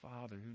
Father